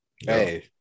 Hey